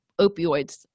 opioids